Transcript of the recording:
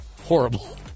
horrible